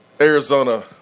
Arizona